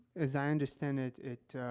as i understand it, it,